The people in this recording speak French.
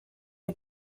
les